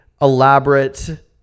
elaborate